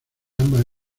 ambas